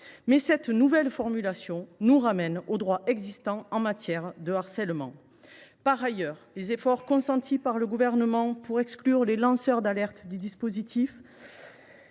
Mais cette nouvelle formulation nous ramène au droit existant en matière de harcèlement. Par ailleurs, malgré les efforts consentis par le Gouvernement pour exclure les lanceurs d’alerte du dispositif,